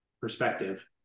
perspective